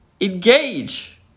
engage